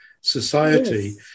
society